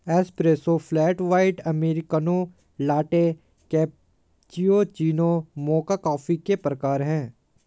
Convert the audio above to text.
espresso, flat white, americano, latte, cappuccino, mocha coffee के प्रकार हैं